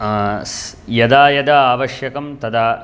यदा यदा आवश्यकं तदा